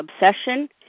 obsession